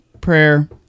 prayer